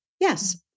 yes